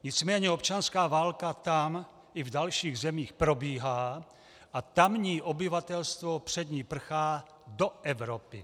Nicméně občanská válka tam i v dalších zemích probíhá a tamní obyvatelstvo před ní prchá do Evropy.